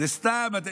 זה סתם.